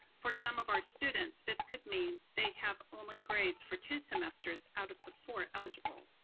for some of our students, this could mean they have only grades for two semesters out of the four eligible.